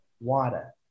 Water